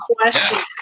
questions